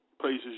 Places